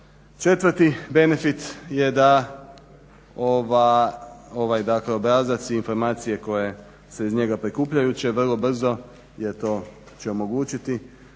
4.benefit je da ovaj obrazac i informacije koje se iz njega prikupljaju će vrlo brzo jer to će omogućiti